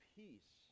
peace